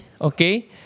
okay